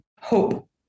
hope